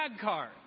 card